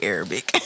Arabic